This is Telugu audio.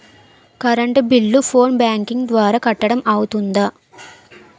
కరెంట్ బిల్లు ఫోన్ బ్యాంకింగ్ ద్వారా కట్టడం అవ్తుందా?